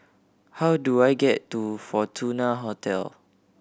how do I get to Fortuna Hotel